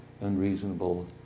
unreasonable